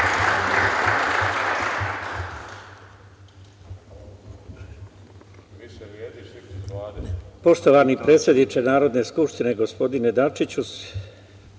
Poštovani predsedniče Narodne skupštine, gospodine Dačiću,